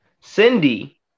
Cindy